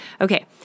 Okay